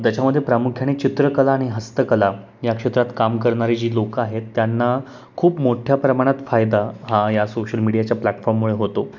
त्याच्यामध्ये प्रामुख्याने चित्रकला आणि हस्तकला या क्षेत्रात काम करणारे जी लोकं आहेत त्यांना खूप मोठ्या प्रमाणात फायदा हा या सोशल मीडियाच्या प्लॅटफॉर्ममुळे होतो